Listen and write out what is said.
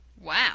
Wow